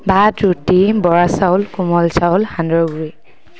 ভাত ৰুটি বৰা চাউল কোমল চাউল সান্দহৰ গুড়ি